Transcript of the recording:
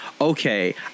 okay